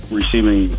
receiving